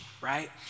right